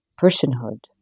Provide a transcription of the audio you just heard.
personhood